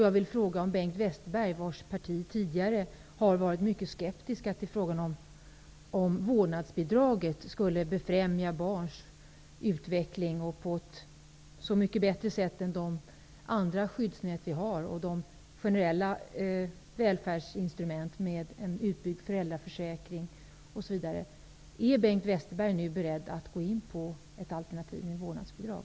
Jag vill fråga Bengt Westerberg, vars parti tidigare har varit mycket skeptiskt till om vårdnadsbidraget skulle befrämja barns utveckling på ett så mycket bättre sätt än de andra skyddnät vi har, de generella välfärdsinstrumenten med en utbyggd föräldraförsäkring: Är Bengt Westerberg nu beredd att gå med på ett alternativ med vårdnadsbidrag?